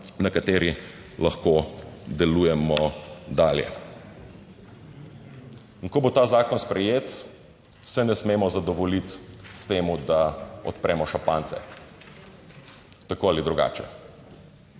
na kateri lahko delujemo dalje. In ko bo ta zakon sprejet, se ne smemo zadovoljiti s tem, da odpremo šampanjce tako ali drugače,